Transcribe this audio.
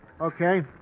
Okay